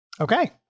Okay